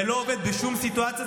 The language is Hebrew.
זה לא עובד בשום סיטואציה,